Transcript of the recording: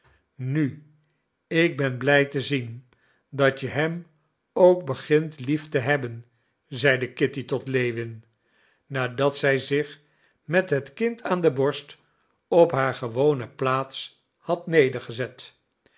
nu ik ben blij te zien dat je hem ook begint lief te hebben zeide kitty tot lewin nadat zij zich met het kind aan de borst op haar gewone plaats had